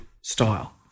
style